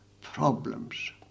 problems